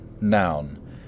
Noun